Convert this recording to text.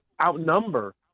outnumber